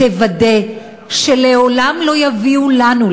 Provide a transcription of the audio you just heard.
תוודא שלעולם לא יביאו לנו,